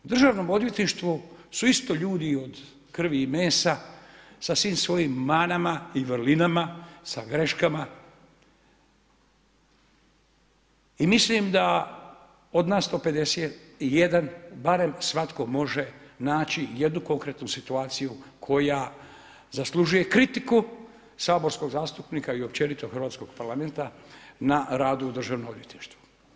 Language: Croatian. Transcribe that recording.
U državnom odvjetništvu su isto ljudi od krvi i mesa sa svim svojim manama i vrlinama, sa greškama i mislim da od 151, barem svatko može naći jednu konkretnu situaciju koja zaslužuje kritiku saborskog zastupnika i općenito hrvatskog parlamenta na radu državnog odvjetništva.